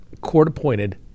court-appointed